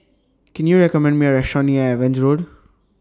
Can YOU recommend Me A Restaurant near Evans Road